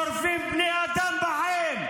שורפים בני אדם בחיים,